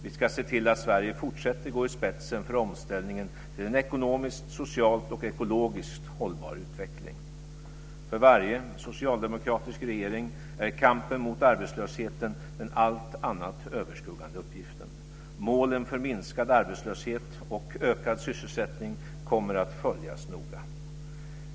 Vi ska se till att Sverige fortsätter att gå i spetsen för omställningen till en ekonomiskt, socialt och ekologiskt hållbar utveckling. För varje socialdemokratisk regering är kampen mot arbetslösheten den allt annat överskuggande uppgiften. Målen för minskad arbetslöshet och ökad sysselsättning kommer att följas noga.